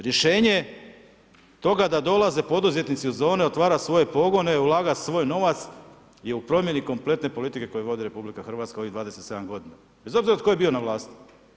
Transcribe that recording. Rješenje toga je da dolaze poduzetnici u zone, otvara svoje pogone, ulaga svoj novac, je u promijeni kompletne politike, koji vodi RH ovih 27 g. bez obzira tko je bio na vlasti.